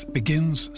begins